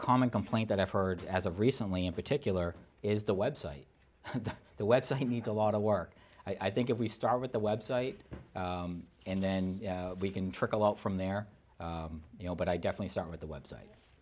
common complaint that i've heard as of recently in particular is the website the website needs a lot of work i think if we start with the website and then we can trickle out from there you know but i definitely start with the website